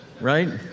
right